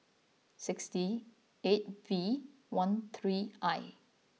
sixty eight V one three I